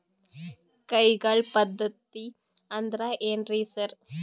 ಕೈಗಾಳ್ ಪದ್ಧತಿ ಅಂದ್ರ್ ಏನ್ರಿ ಸರ್?